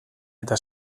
eta